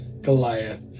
Goliath